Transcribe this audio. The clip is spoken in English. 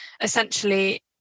essentially